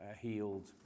healed